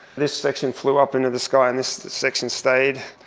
this section flew up into the sky and this section stayed.